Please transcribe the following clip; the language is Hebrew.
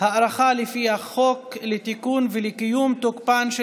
הארכה לפי החוק לתיקון ולקיום תוקפן של